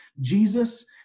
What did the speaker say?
Jesus